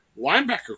linebacker